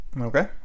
Okay